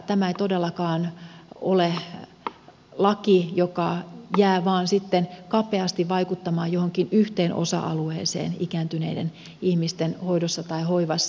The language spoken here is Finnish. tämä ei todellakaan ole laki joka jää vain kapeasti vaikuttamaan johonkin yhteen osa alueeseen ikääntyneiden ihmisten hoidossa tai hoivassa